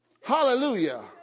Hallelujah